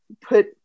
put